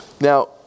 Now